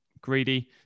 Greedy